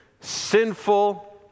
sinful